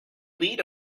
lead